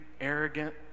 arrogant